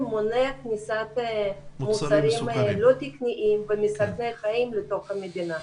מונע כניסת מוצרים לא תקניים ומסכני חיים לתוך המדינה.